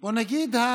בוא נגיד,